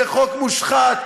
זה חוק מושחת.